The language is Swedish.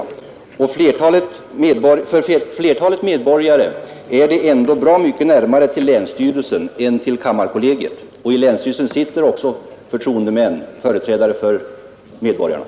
För flertalet medborgare är det ändå bra mycket närmare till länsstyrelsen än till kammarkollegiet. I länsstyrelsen sitter också förtroendemän, företrädare för medborgarna.